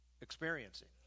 experiencing